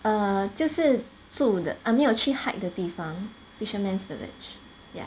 err 就是住的 I mean 我去 hike 的地方 fisherman's village yeah